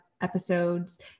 episodes